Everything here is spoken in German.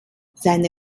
seine